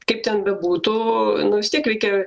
kaip ten bebūtų nu vis tiek reikia